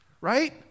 right